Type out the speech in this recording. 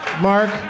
Mark